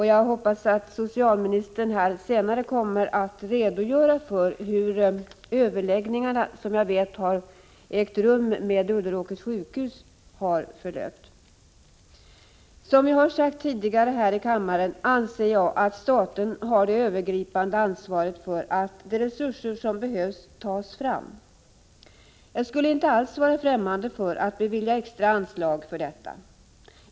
Jag hoppas att socialministern här senare kommer att redogöra för hur överläggningarna, som enligt vad jag vet har ägt rum med Ulleråkers sjukhus, har förlöpt. Som jag har sagt tidigare här i kammaren anser jag att staten har det övergripande ansvaret för att de resurser som behövs tas fram. Jag skulle inte alls vara främmande för tanken att riksdagen skulle bevilja extra anslag för detta.